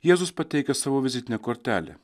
jėzus pateikia savo vizitinę kortelę